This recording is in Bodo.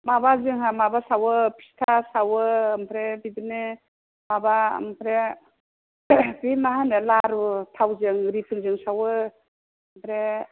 माबा जोंहा माबा सावो फिथा सावो ओमफ्राय बिदिनो माबा ओमफ्राय बे मा होनो लारु थावजों रिफाइन जों सावो ओमफ्राय